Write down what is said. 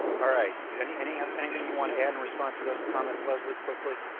alright, any, any, anything you want to add respond to those comments leslie quickly.